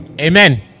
Amen